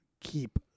keep